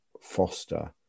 Foster